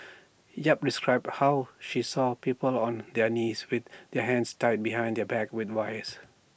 yap described how she saw people on their knees with their hands tied behind their backs with wires